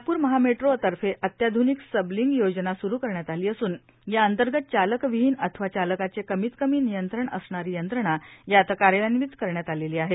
नागप्र महामेट्रो तर्फे अत्याध्निक सबलिंग योजना स्रू करण्यात आली असूनए या अंतर्गत चालक विहीन अथवा चालकाचे कमीत कमी नियंत्रण असणारी यंत्रणा यात कार्यान्वित करण्यात आलेली आहे